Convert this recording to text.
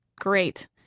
Great